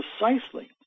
precisely